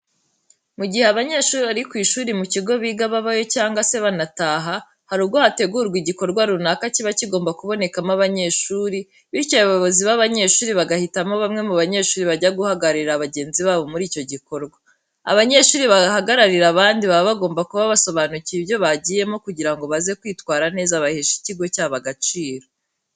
Mu gihe abanyeshuri bari ku ishuri mu kigo biga babayo cyangwa se banataha, hari ubwo hategurwa igikorwa runaka kiba kigomba kubonekamo abanyeshuri, bityo abayobozi b'abanyeshuri bagahitamo bamwe mu banyeshuri bajya guhagararira bagenzi babo muri icyo gikorwa. Abanyeshuri bahagararira abandi, baba bagomba kuba basobanukiwe ibyo bagiyemo kugira ngo baze kwitwara neza baheshe ikigo cyabo agaciro.